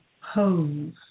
hose